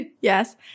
Yes